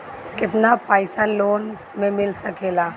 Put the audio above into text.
केतना पाइसा लोन में मिल सकेला?